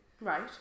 Right